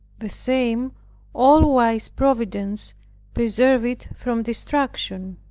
the same all-wise providence preserved it from destruction.